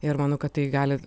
ir manau kad tai gali